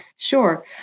Sure